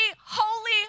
holy